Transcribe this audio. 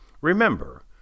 Remember